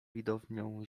widownią